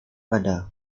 ada